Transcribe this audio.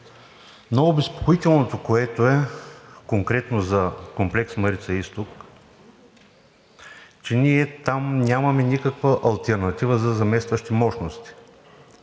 Но обезпокоителното, което е конкретно за комплекс „Марица-изток“, е, че ние там нямаме никаква алтернатива за заместващи мощности.